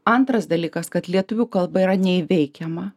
antras dalykas kad lietuvių kalba yra neįveikiama